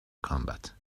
combat